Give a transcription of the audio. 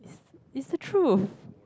it's the truth